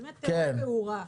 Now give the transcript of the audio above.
באמת תהום פעורה,